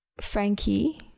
Frankie